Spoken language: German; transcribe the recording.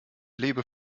lebe